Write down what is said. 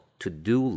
to-do